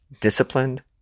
disciplined